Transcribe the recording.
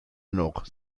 noch